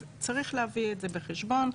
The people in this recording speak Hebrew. אז צריך להביא את זה בחשבון.